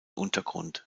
untergrund